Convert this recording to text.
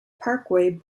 parkway